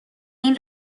این